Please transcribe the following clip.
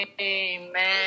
Amen